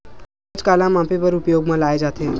नोच काला मापे बर उपयोग म लाये जाथे?